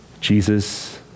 Jesus